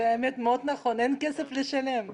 האמת היא שזה מאוד נכון, לאנשים אין כסף לשלם.